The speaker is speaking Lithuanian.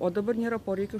o dabar nėra poreikio